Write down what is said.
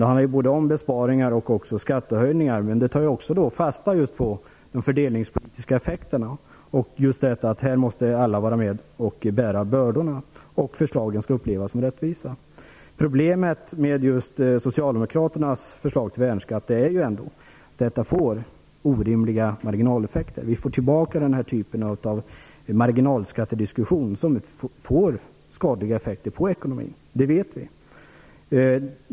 Det handlar både om besparingar och skattehöjningar, men det tar också fasta just på de fördelningspolitiska effekterna, på att alla måste vara med och bära bördorna och på att förslagen skall upplevas som rättvisa. Problemet med Socialdemokraternas förslag till värnskatt är att det blir orimliga marginaleffekter. Vi får tillbaka diskussionen om marginalskatter, vilka får skadliga effekter på ekonomin. Det vet vi.